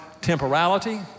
temporality